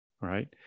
right